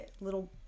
little